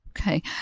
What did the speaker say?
Okay